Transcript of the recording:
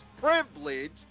privilege